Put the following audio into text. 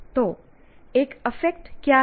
तो एक अफेक्ट क्या है